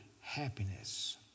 happiness